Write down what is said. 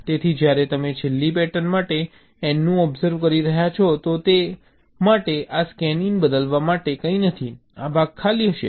તેથી જ્યારે તમે છેલ્લી પેટર્ન માટે N નું ઓબ્સર્વ કરી રહ્યાં છો તો તે માટે આ સ્કેનઈનને બદલવા માટે કંઈ નથી આ ભાગ ખાલી હશે